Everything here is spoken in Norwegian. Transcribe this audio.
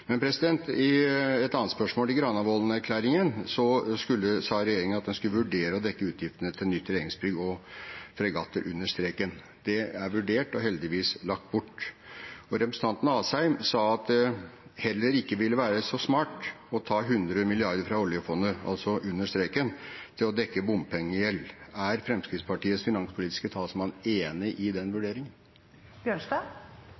Men jeg har et annet spørsmål. I Granavolden-erklæringen sa regjeringen at den skulle vurdere å dekke utgiftene til nytt regjeringsbygg og fregatter, under streken. Det er vurdert og heldigvis lagt bort. Representanten Asheim sa at det heller ikke ville være så smart å ta 100 mrd. kr fra oljefondet, altså under streken, til å dekke bompengegjeld. Er Fremskrittspartiets finanspolitiske talsmann enig i den